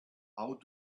how